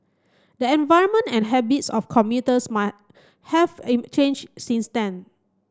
the environment and habits of commuters might have changed since then